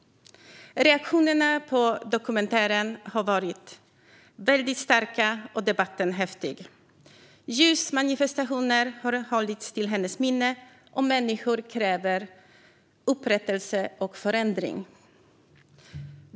Reaktionerna på dokumentären har varit starka och debatten häftig. Ljusmanifestationer har hållits till hennes minne, och människor kräver upprättelse och förändring.